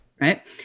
right